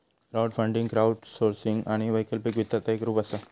crowdfunding crowdsourcing आणि वैकल्पिक वित्ताचा एक रूप असा